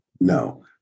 No